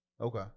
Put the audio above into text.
Okay